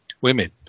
women